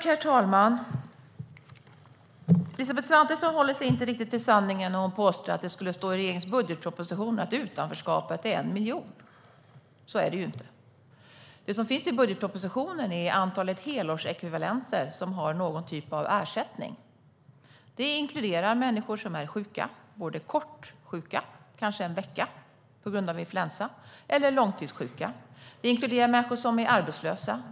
Herr talman! Elisabeth Svantesson håller sig inte riktigt till sanningen när hon påstår att det skulle stå i regeringens budgetproposition att utanförskapet uppgår till 1 miljon. Så är det ju inte. Det som anges i budgetpropositionen är antalet helårsekvivalenter som har någon typ av ersättning. Det inkluderar människor som är kortvarigt sjuka - kanske en vecka på grund av influensa - eller långtidssjuka. Det inkluderar människor som är arbetslösa.